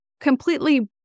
completely